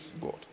God